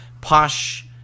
posh